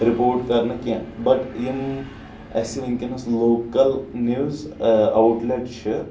report کرنہٕ کینٛہہ بٹ یِم اسہِ ؤنکیٚس لوکل نوٕز اوٹ لیٚٹ چھِ